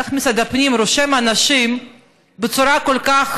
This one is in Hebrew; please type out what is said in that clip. איך משרד הפנים רושם אנשים בצורה כל כך